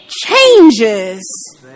changes